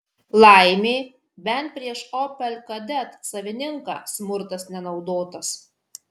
laimė bent prieš opel kadet savininką smurtas nenaudotas